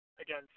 Again